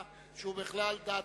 לפניכם עכשיו או מחר?